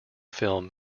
film